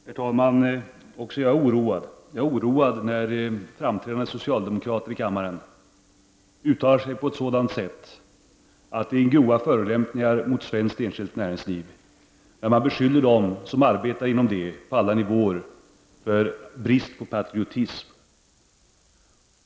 Herr talman! Också jag är oroad. Jag är oroad när framträdande socialdemokrater i kammaren uttalar sig på ett sådant sätt att det innebär grova förolämpningar mot svenskt enskilt näringsliv och beskyller dem som arbetar på alla nivåer inom detta för brist på patriotism.